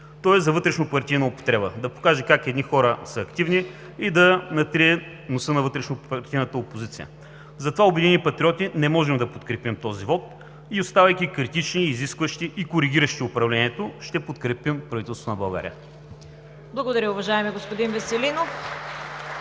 Тоест за вътрешно-партийна употреба – да покаже как едни хора са активни и да натрият носа на вътрешнопартийната опозиция. Затова „Обединени патриоти“ не можем да подкрепим този вот и оставайки критични, изискващи и коригиращи управлението, ще подкрепим правителството на България. (Ръкопляскания от „Обединени